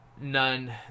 none